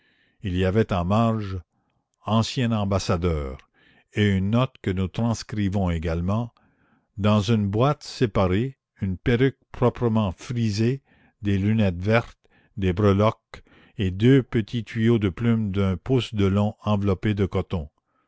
il y avait en marge ancien ambassadeur et une note que nous transcrivons également dans une boîte séparée une perruque proprement frisée des lunettes vertes des breloques et deux petits tuyaux de plume d'un pouce de long enveloppés de coton